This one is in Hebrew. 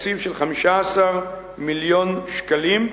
תקציב של 15 מיליון שקלים,